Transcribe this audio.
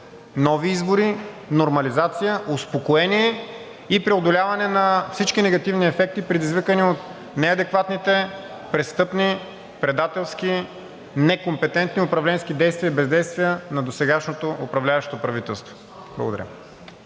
нови избори, нормализация, успокоение и преодоляване на всички негативни ефекти, предизвикани от неадекватните, престъпни, предателски, некомпетентни управленски действия и бездействия на досегашното управляващо правителство. Благодаря.